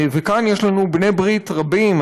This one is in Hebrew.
וכאן יש לנו בעלי ברית רבים,